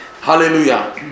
Hallelujah